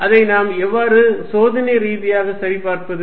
F2 14π0q1q2r122r12 அதை நாம் எவ்வாறு சோதனை ரீதியாக சரி பார்ப்பது